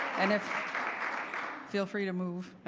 and if feel free to move,